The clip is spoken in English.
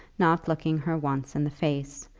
not looking her once in the face,